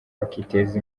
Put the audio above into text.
bakiteza